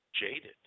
jaded